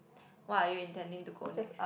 what are you intending to go next